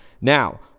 Now